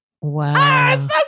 Wow